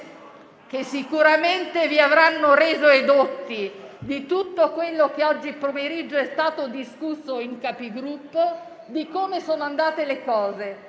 e sicuramente vi avranno reso edotti di tutto quello che oggi pomeriggio è stato discusso in Conferenza dei Capigruppo e di come sono andate le cose).